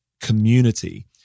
community